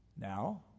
Now